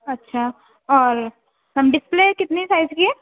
اچھا اور ڈسپلے کتنے سائز کی ہے